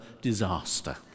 disaster